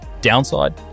Downside